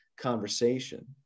conversation